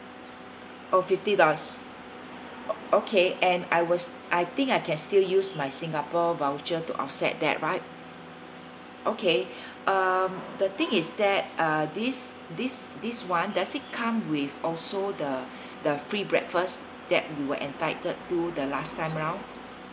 oh fifty dollars okay and I was I think I can still use my singapore voucher to offset that right okay um the thing is that uh this this this [one] does it come with also the the free breakfast that we're entitled to the last time round